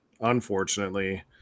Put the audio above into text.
unfortunately